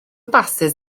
basys